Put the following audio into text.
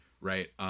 right